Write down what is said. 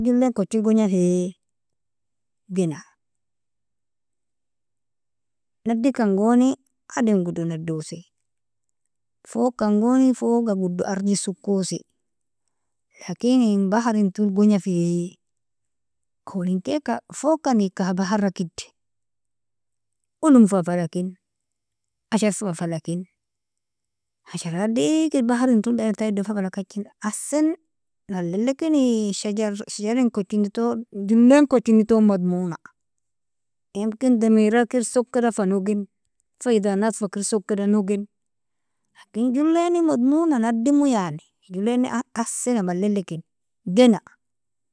Jollen kojel gonjafie gena, nadikan goni adam godo nadosi, fogkangoni foga godo irdel sokosi, lanik in baharintol gonjafie awalinkelka fogkan ika ha bahara kedd olom fa falakin ashr, fa falakin hasharat digid baharintol ido fa falakajin, ahsen malilikini shajarin kotjinton jollen kotjinton madmona yamkin dameerakir sokida fanoogin faydanat fakir sokida noogin lakin jolleni madmona nadimo yani jolleni ahsana malilikini gena.